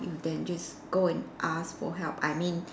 then you just go and ask for help I mean